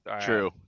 true